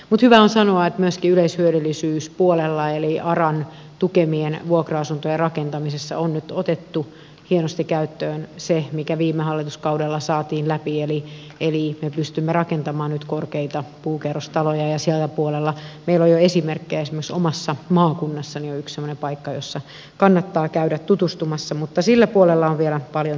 hyvä on sanoa että myöskin yleishyödyllisyyspuolella eli aran tukemien vuokra asuntojen rakentamisessa on nyt otettu hienosti käyttöön se mikä viime hallituskaudella saatiin läpi eli me pystymme rakentamaan nyt korkeita puukerrostaloja ja siellä puolella meillä on jo esimerkkejä esimerkiksi omassa maakunnassani on yksi semmoinen paikka jossa kannattaa käydä tutustumassa mutta sillä puolella on vielä paljon töitä